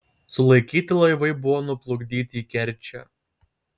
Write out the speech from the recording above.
sulaikyti laivai buvo nuplukdyti į kerčę